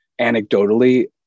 anecdotally